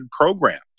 programs